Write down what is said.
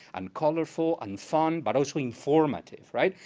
and colorful, and fun, but also informative, right?